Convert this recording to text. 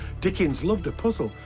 dickens loved a puzzle.